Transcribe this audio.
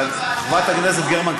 חברת הכנסת גרמן,